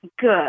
Good